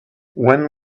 when